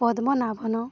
Padmanabhan